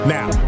Now